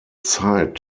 zeit